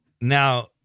Now